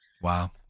wow